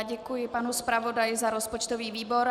Děkuji panu zpravodaji za rozpočtový výbor.